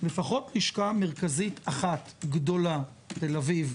לפחות לשכה מרכזית אחת גדולה תל אביב,